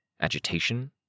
Agitation